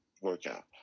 workout